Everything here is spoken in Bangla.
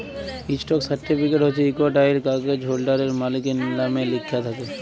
ইস্টক সার্টিফিকেট হছে ইকট আইল কাগ্যইজ হোল্ডারের, মালিকের লামে লিখ্যা থ্যাকে